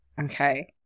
Okay